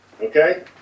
Okay